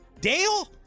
Dale